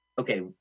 Okay